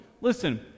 Listen